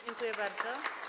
Dziękuję bardzo.